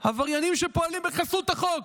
עבריינים שפועלים בחסות החוק,